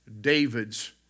David's